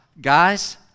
guys